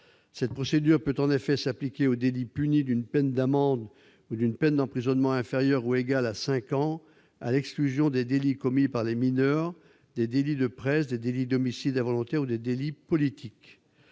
Cette procédure peut en effet s'appliquer aux délits punis d'une peine d'amende ou d'une peine d'emprisonnement inférieure ou égale à cinq ans, à l'exclusion des délits commis par les mineurs, des délits de presse, des délits d'homicide involontaire ou des délits politiques.